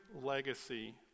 legacy